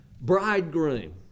bridegroom